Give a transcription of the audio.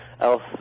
else